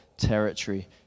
territory